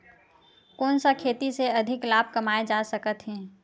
कोन सा खेती से अधिक लाभ कमाय जा सकत हे?